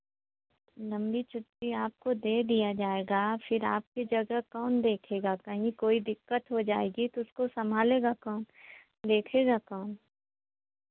लम्बी छुट्टी आपको दे दिया जाएगा फिर आपकी जगह कौन देखेगा कहीं कोई दिक्कत हो जाएगी तो उसको सम्हालेगा कौन देखेगा कौन